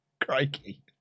Crikey